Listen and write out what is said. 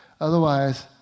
Otherwise